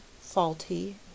Faulty